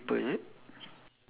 so I just circle the two pins is it